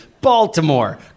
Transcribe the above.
Baltimore